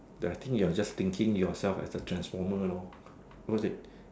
ya I think you are just thinking yourself as a transformer loh because that